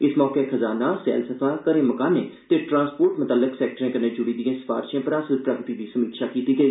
इस मौके खजाना सैलसफा घरें मकानें ते ट्रांसपोर्ट मतल्लक सैक्टरें कन्नै जुड़ी दिएं सरफशें पर हासल प्रगति दी समीक्षा कीती गेई